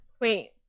Wait